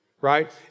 Right